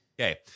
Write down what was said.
okay